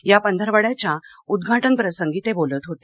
या पंधरवड्याच्या उद्घाटनप्रसंगी ते बोलत होते